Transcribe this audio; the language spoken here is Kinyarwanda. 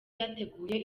yateguye